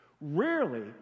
rarely